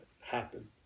happen